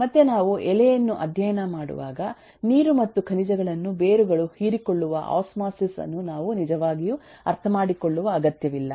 ಮತ್ತು ನಾವು ಎಲೆಯನ್ನು ಅಧ್ಯಯನ ಮಾಡುವಾಗ ನೀರು ಮತ್ತು ಖನಿಜಗಳನ್ನು ಬೇರುಗಳು ಹೀರಿಕೊಳ್ಳುವ ಆಸ್ಮೋಸಿಸ್ ಅನ್ನು ನಾವು ನಿಜವಾಗಿಯೂ ಅರ್ಥಮಾಡಿಕೊಳ್ಳುವ ಅಗತ್ಯವಿಲ್ಲ